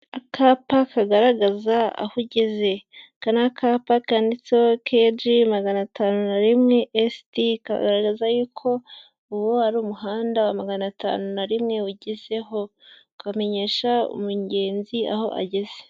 Akapa kagaragaza aho ugeze. Aka ni akapa kanditseho keje magana atanu na rimwe esiti, kagaragaza yuko uwo ari umuhanda wa magana atanu na rimwe ugezeho, kamenyesha umugenzi aho ageze.